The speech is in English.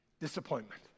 Disappointment